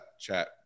chat